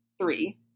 three